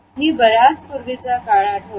मी बराच पूर्वीचा काळ आठवते